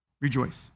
Rejoice